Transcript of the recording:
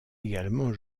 également